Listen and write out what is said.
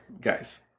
guys